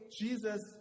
Jesus